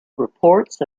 reports